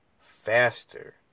faster